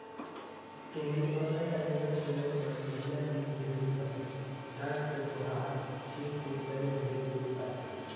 तोहरी ऑनलाइन आवेदन कईला के बाद महिना दिन के भीतर डाक से तोहार चेकबुक बैंक भेज देत बाटे